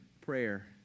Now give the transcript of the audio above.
prayer